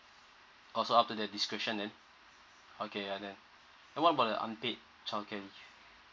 orh so upto their discretion then okay ah then what about the unpaid childcare leave